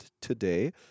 today